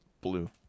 blue